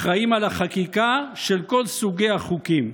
אחראים על החקיקה של כל סוגי החוקים.